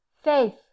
faith